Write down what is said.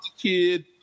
kid